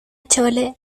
chole